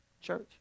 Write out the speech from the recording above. church